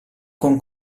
con